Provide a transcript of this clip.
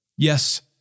Yes